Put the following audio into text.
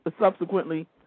subsequently